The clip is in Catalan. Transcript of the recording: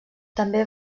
també